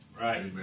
Right